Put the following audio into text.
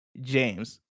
James